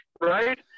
right